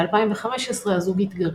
ב-2015 הזוג התגרש.